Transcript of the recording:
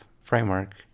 framework